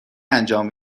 انجام